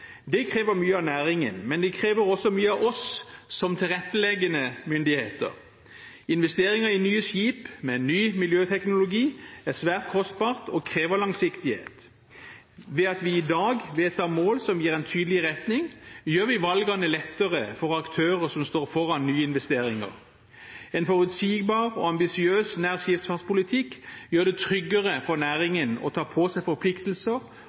Det krever mye av næringen, men det krever også mye av oss som tilretteleggende myndigheter. Investeringer i nye skip med ny miljøteknologi er svært kostbart og krever langsiktighet. Ved at vi i dag vedtar mål som gir en tydelig retning, gjør vi valgene lettere for aktører som står foran nye investeringer. En forutsigbar og ambisiøs nærskipsfartspolitikk gjør det tryggere for næringen å ta på seg forpliktelser